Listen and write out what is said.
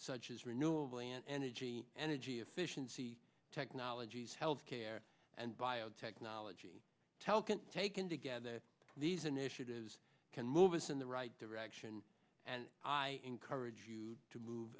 such as renewable and energy energy efficiency technologies health care and biotechnology tell can taken together these initiatives can move us in the right direction and i encourage you to move